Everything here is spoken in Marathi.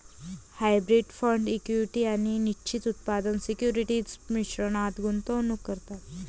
हायब्रीड फंड इक्विटी आणि निश्चित उत्पन्न सिक्युरिटीज मिश्रणात गुंतवणूक करतात